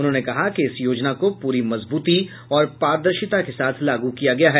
उन्होंने कहा कि इस योजना को पूरी मजबूती और पारदर्शिता के साथ लागू किया गया है